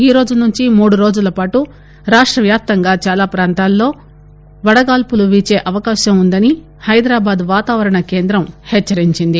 ఈరోజునుంచి మూడ్రోజులపాటు రాష్టవ్యాప్తంగా చాలా ప్రాంతాల్లో వడగాలులు వీచే అవకాశం ఉన్న దని హైదరాబాద్ వాతావరణ కేంద్రం హెచ్చరించింది